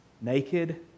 Naked